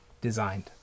designed